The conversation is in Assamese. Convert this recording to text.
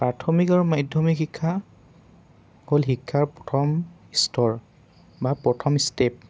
প্ৰাথমিক আৰু মাধ্যমিক শিক্ষা হ'ল শিক্ষাৰ প্ৰথম স্তৰ বা প্ৰথম ষ্টেপ